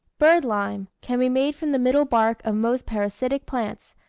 bird-lime can be made from the middle bark of most parasitic plants,